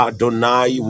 Adonai